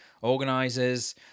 organisers